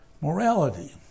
Morality